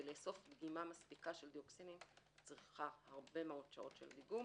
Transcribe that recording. כדי לאסוף דגימה מספיקה של דיוקסינים צריכה הרבה מאוד שעות דיגום.